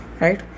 right